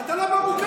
אתה לא במוקטעה.